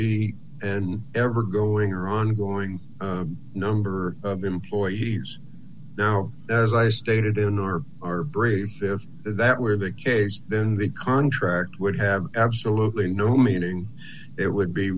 be an ever growing or ongoing number of employees now as i stated in our our braves if that were the case then the contract would have absolutely no meaning it would be